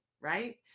right